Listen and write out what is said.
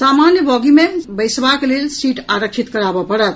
सामान्य बॉगी मे सेहो बैसबाक लेल सीट आरक्षित कराबऽ पड़त